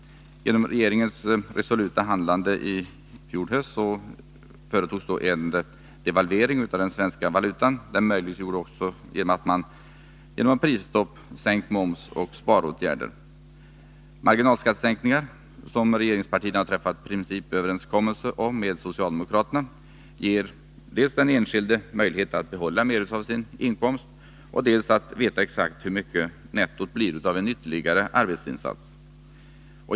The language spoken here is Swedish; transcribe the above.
Genom regeringens resoluta handlande i fjol höst företogs en devalvering av den svenska valutan. Den möjliggjordes bl.a. genom prisstopp, sänkt moms och sparåtgärder. Marginalskattesänkningar — som regeringspartierna träffat principöverenskommelse om med socialdemokraterna — ger den enskilde möjlighet dels att behålla mer av sin inkomst, dels att veta exakt hur mycket nettot blir av en ytterligare arbetsinsats.